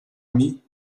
demi